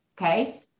okay